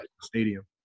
stadium